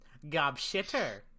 gobshitter